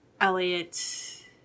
Elliot